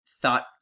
thought